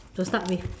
to start with